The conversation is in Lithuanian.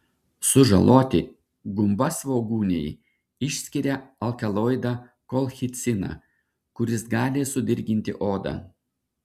sužaloti gumbasvogūniai išskiria alkaloidą kolchiciną kuris gali sudirginti odą